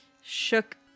Shook